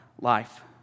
life